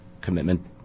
commitment